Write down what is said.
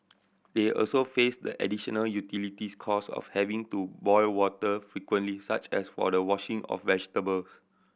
they also faced the additional utilities cost of having to boil water frequently such as for the washing of vegetable